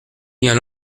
bien